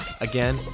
Again